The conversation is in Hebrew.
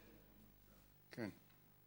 כן.